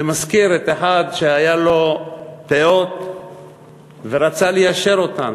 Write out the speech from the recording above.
זה מזכיר את אותו אחד שהיה לו פאות והוא רצה ליישר אותן.